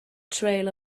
trail